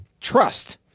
trust